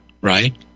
right